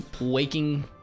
waking